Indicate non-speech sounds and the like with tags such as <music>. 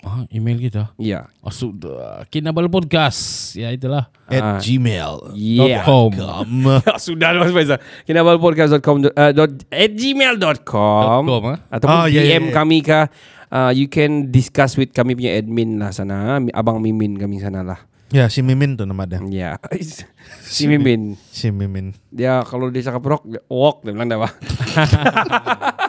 Ah, email kita? Ya. Masuk de- Kinabalu Podcast. Ya, itulah. At Ah. gmail. Ya. Dot com. <laughs> Sudah lah, Mas Faisal. Kinabalupodcast.com, eh, dot- at gmail.com. Dot com, eh? Ataupun Ah, ya, ya, DM ya. kami kah, ah, you can discuss with kami punya admin lah sana, ah. Abang Mimin kami sanalah. Ya, si Mimin tu nama dia. Ya. <laughs> Si <laughs> Si Mimin. Mimin. Si Mimin. Dia kalau dia cakap rock, dia- wok, dia bilang dah, Bang. <laughs> <laughs>